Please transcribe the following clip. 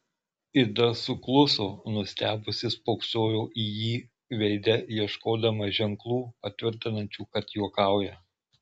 ida sukluso nustebusi spoksojo į jį veide ieškodama ženklų patvirtinančių kad juokauja